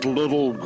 little